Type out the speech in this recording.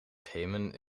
payment